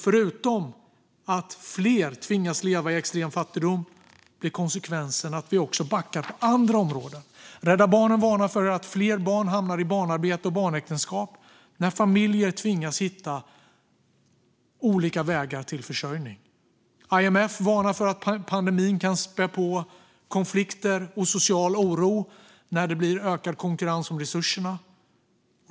Förutom att fler tvingas leva i extrem fattigdom blir konsekvensen att vi backar även på andra områden. Rädda Barnen varnar för att fler barn hamnar i barnarbete och barnäktenskap när familjer tvingas hitta olika vägar till försörjning. IMF varnar för att pandemin kan spä på konflikter och social oro när konkurrensen ökar om resurserna.